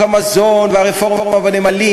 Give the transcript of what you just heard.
חברי חברי הכנסת,